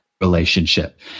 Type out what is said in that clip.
relationship